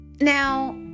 Now